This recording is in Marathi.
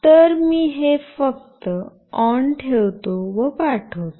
तर मी हे फक्त ऑन ठेवतो व पाठवतो